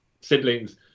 siblings